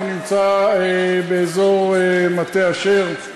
הוא נמצא באזור מטה-אשר,